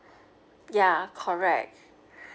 ya correct